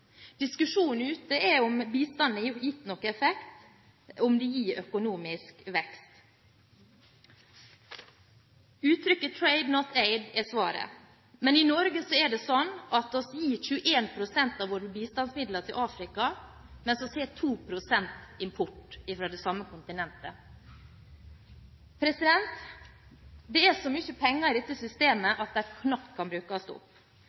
Diskusjonen ute er om bistanden har gitt noen effekt, om det gir økonomisk vekst. Uttrykket «trade, not aid» er svaret, men i Norge er det slik at vi gir 21 pst. av våre bistandsmidler til Afrika, mens vi har 2 pst. import fra det samme kontinentet. Det er så mye penger i dette systemet at de knapt kan brukes opp.